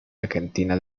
argentina